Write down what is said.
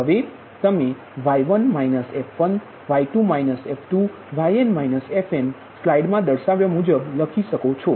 હવે તમે y1 f1 y2 f2 yn fnમાટે સ્લાઇડ મા દર્શાવ્યા મૂજબ લખી શકો છો